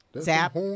Zap